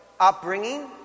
...upbringing